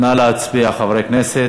נא להצביע, חברי הכנסת.